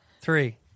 three